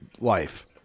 life